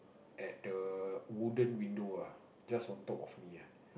at the wooden window ah just on top of me ah